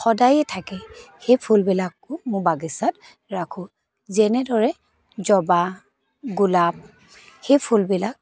সদায়েই থাকে সেই ফুলবিলাকো মোৰ বাগিচাত ৰাখোঁ যেনেদৰে জবা গোলাপ সেই ফুলবিলাক